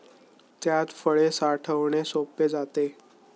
त्यात फळे साठवणे सोपे जाते